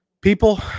people